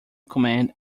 command